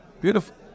beautiful